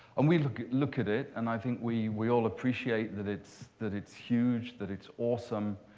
and we look look at it, and i think we we all appreciate that it's that it's huge, that it's awesome,